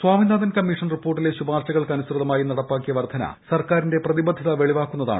Swaminathan commission റിപ്പോർട്ടിലെ ശുപാർശകൾക്ക് അനുസൃതമായി നടപ്പാക്കിയ വർദ്ധന സർക്കാരിന്റെ പ്രതിബദ്ധത വെളിവാക്കുന്നതാണ്